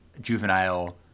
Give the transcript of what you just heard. juvenile